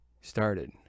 started